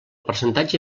percentatge